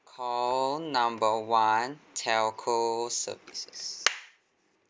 call number one telco services